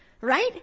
Right